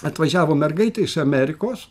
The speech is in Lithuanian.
atvažiavo mergaitė iš amerikos